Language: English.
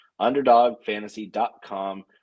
Underdogfantasy.com